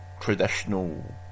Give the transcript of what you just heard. Traditional